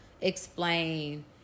explain